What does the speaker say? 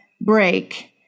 break